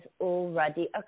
already